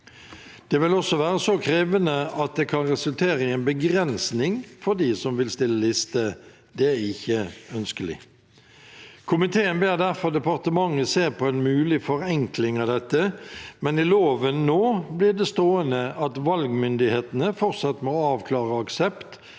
Det vil også være så krevende at det kan resultere i en begrensning for dem som vil stille liste. Det er ikke ønskelig. Komiteen ber derfor departementet se på en mulig forenkling av dette, men i loven nå blir det stående at valgmyndighetene fortsatt må avklare aksept